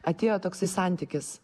atėjo toksai santykis